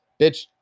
Bitch